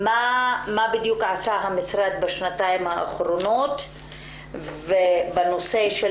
במה בדיוק עשה המשרד בשנתיים האחרונות בנושא של